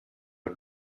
per